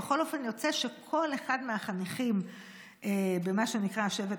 יוצא שכל אחד מהחניכים במה שנקרא השבט